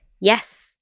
Yes